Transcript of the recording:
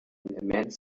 immense